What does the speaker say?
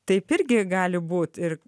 taip irgi gali būt ir